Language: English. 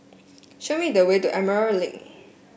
show me the way to Emerald Link